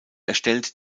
erstellt